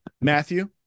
Matthew